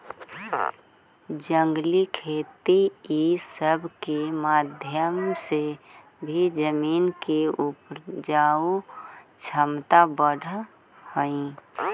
जंगली खेती ई सब के माध्यम से भी जमीन के उपजाऊ छमता बढ़ हई